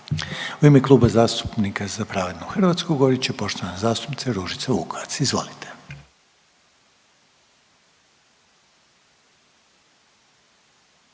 U ime Kluba zastupnika Za pravednu Hrvatsku govorit će poštovana zastupnica Ružica Vukovac. Izvolite.